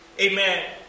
Amen